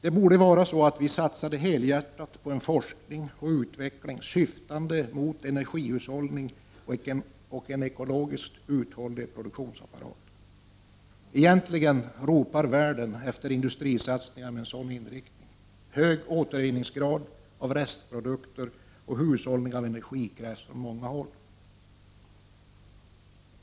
Vi borde satsa helhjärtat på forskning och utveckling syftande mot energihushållning och en ekologiskt uthållig produktionsapparat. Egentligen ropar världen efter industrisatsningar med en sådan inriktning. Hög grad av återvinning av restprodukter och hushållning med energi krävs från många håll.